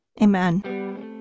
amen